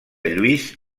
lluís